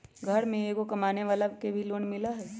घर में एगो कमानेवाला के भी लोन मिलहई?